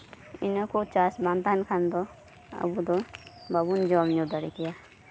ᱤᱱᱟᱹᱠᱚ ᱪᱟᱥᱵᱟᱝ ᱛᱟᱦᱮᱱ ᱠᱷᱟᱱᱫᱚ ᱟᱵᱚᱫᱚ ᱵᱟᱵᱩᱱ ᱡᱚᱢᱧᱩ ᱫᱟᱲᱨᱠᱮᱭᱟ